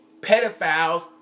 pedophiles